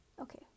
Okay